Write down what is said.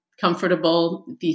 comfortable